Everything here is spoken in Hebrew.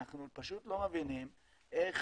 אנחנו פשוט לא מבינים איך